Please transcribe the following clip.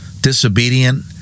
disobedient